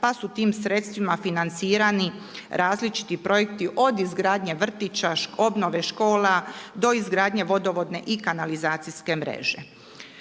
pa su tim sredstvima financirani različiti projekti od izgradnje vrtića, obnove škola do izgradnje vodovodne i kanalizacijske mreže.